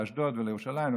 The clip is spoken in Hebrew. לאשדוד ולירושלים,